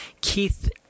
Keith